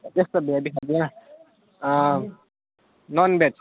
जस्तो नन् भेज